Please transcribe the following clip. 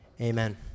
Amen